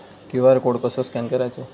QR code कसो scan करायचो?